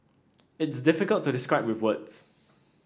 it's difficult to describe with words